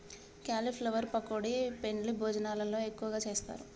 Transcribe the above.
cauliflower pakoda పెండ్లి భోజనాలల్ల ఎక్కువగా చేస్తారు